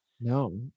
no